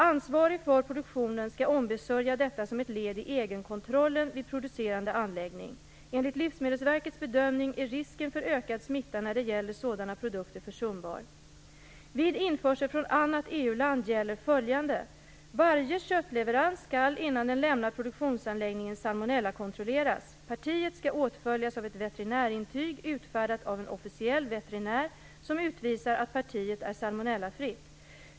Ansvarig för produktionen skall ombesörja detta som ett led i egenkontrollen vid producerande anläggning. Enligt Livsmedelsverkets bedömning är risken för ökad smitta när det gäller sådana produkter försumbar. Varje köttleverans skall, innan den lämnar produktionsanläggningen, salmonellakontrolleras. Partiet skall åtföljas av ett veterinärintyg utfärdat av en officiell veterinär som utvisar att partiet är salmonellafritt.